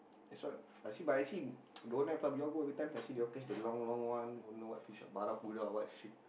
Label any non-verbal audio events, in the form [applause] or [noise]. next one I see but I see [noise] don't have lah we all go everytime like I see they catch the long long one don't know what fish lah Ba lao gu lao or what shit